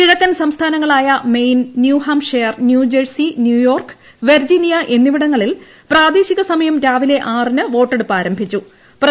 കിഴക്കൻ സംസ്ഥാനങ്ങളായ Maine New Hampshire New Jersey New York Virginia എന്നിവിടങ്ങളിൽ പ്രാദേശിക സമയം രാവിലെ ആറിന് വോട്ടെടുപ്പ് ആര്യംഭിച്ചു്